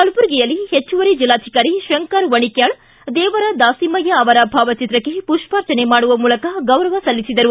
ಕಲಬುರಗಿಯಲ್ಲಿ ಹೆಚ್ಚುವರಿ ಜಿಲ್ಲಾಧಿಕಾರಿ ಶಂಕರ ವಣಿಕ್ಕಾಳ ದೇವರ ದಾಸಿಮಯ್ಯ ಅವರ ಭಾವಚಿತ್ರಕ್ಕೆ ಪುಷಾರ್ಜನೆ ಮಾಡುವ ಮೂಲಕ ಗೌರವ ಸಲ್ಲಿಸಿದರು